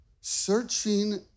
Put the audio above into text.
Searching